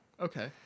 Okay